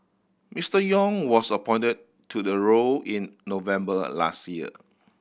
Mister Yong was appointed to the role in November last year